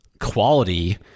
quality